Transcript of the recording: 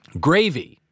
Gravy